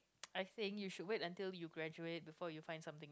I think you should wait until you graduate before you find something